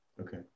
Okay